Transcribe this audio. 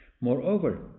Moreover